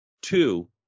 Two